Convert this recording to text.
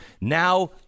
Now